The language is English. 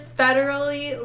federally